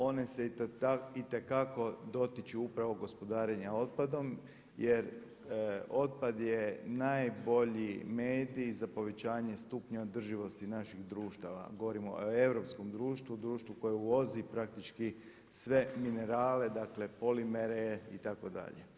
One se itekako dotiču upravo gospodarenja otpadom jer otpad je najbolji mediji za povećanje stupnja održivosti naših društava, govorimo o europskom društvu, društvu koje uvozi praktički sve minerale, dakle polimere itd.